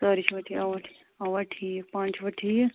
سٲری چھِوٕ ٹھیٖک آ آ ٹھیٖک پانہٕ چھِوٕ ٹھیٖک